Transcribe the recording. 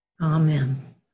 Amen